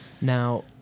Now